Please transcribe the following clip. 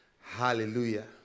Hallelujah